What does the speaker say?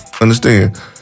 understand